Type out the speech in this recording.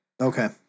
Okay